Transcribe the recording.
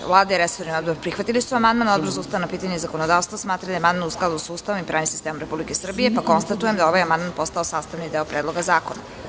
Vlada i resorni odbor prihvatili su amandman, a Odbor za ustavna pitanja i zakonodavstvo smatra da je amandman u skladu sa Ustavom i pravnim sistemom Republike Srbije, pa konstatujem da je ovaj amandman postao sastavni deo Predloga zakona.